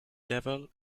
level